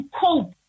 cope